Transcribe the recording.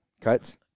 Cuts